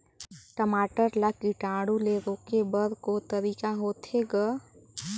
टमाटर ला कीटाणु ले रोके बर को तरीका होथे ग?